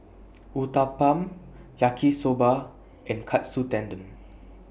Uthapam Yaki Soba and Katsu Tendon